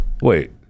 Wait